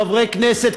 חברי הכנסת,